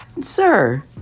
sir